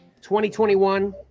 2021